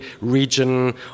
region